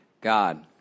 god